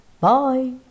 Bye